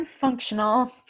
functional